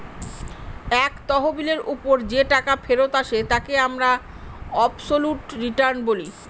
এক তহবিলের ওপর যে টাকা ফেরত আসে তাকে আমরা অবসোলুট রিটার্ন বলি